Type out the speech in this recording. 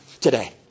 today